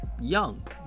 young